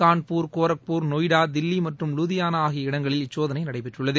கான்பூர் கோரன்பூர் நொய்டா தில்லி மற்றும் லுதியாளா ஆகிய இடங்களில் இச்சோதனை நடைபெற்றுள்ளது